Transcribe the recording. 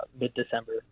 mid-December